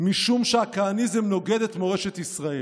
משום שהכהניזם נוגד את מורשת ישראל".